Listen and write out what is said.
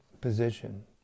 position